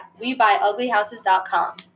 WeBuyUglyHouses.com